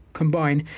combine